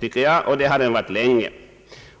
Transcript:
tycker jag, och det har den varit länge.